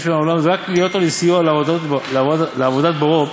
מן העולם רק להיות לו לסיוע לעבודת בוראו,